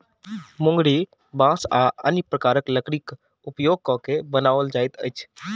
मुंगरी बाँस आ अन्य प्रकारक लकड़ीक उपयोग क के बनाओल जाइत अछि